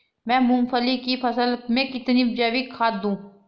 मैं मूंगफली की फसल में कितनी जैविक खाद दूं?